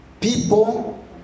people